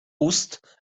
ust